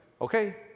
okay